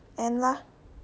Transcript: end lah